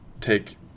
take